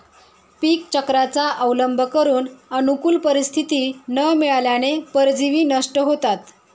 पीकचक्राचा अवलंब करून अनुकूल परिस्थिती न मिळाल्याने परजीवी नष्ट होतात